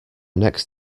next